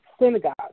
synagogues